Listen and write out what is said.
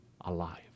alive